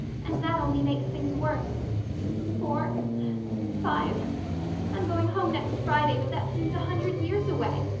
and that only makes things worse four five i'm going home next friday, but that seems a hundred years away.